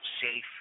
safe